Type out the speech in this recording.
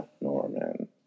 Norman